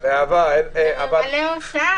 חושב, אולי בשונה